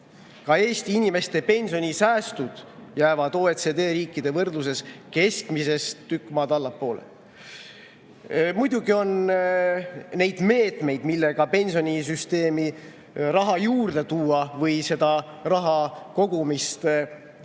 Ka Eesti inimeste pensionisäästud jäävad OECD riikide võrdluses keskmisest tükk maad allapoole. Muidugi on neid meetmeid, millega pensionisüsteemi raha juurde tuua või seda raha kogumise